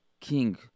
king